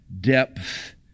depth